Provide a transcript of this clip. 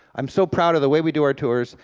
i'm so proud of the way we do our tours,